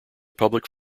public